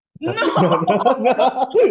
No